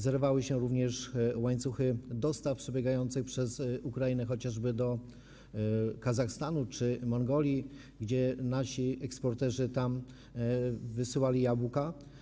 Zerwały się również łańcuchy dostaw przebiegające przez Ukrainę, chociażby do Kazachstanu czy Mongolii, dokąd nasi eksporterzy wysyłali jabłka.